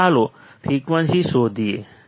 તો ચાલો ફ્રિકવન્સી શોધીએ